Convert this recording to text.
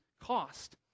cost